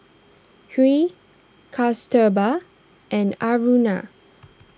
Hri Kasturba and Aruna